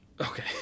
Okay